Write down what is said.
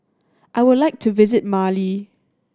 I would like to visit Mali